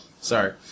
Sorry